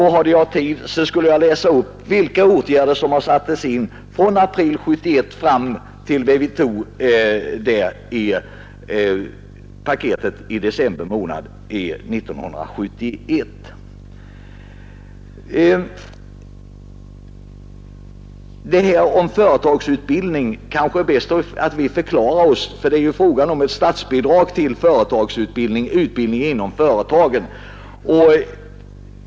Hade jag tid skulle jag läsa upp hela redogörelsen för de åtgärder som satts in från april 1971 fram till den dag i december 1971 då riksdagen tog paketet. Det är kanske bäst att vi klargör vår ställning till företagsutbildningen, ty det är ju fråga om statsbidrag till företagsutbildning, alltså utbildning inom företagen.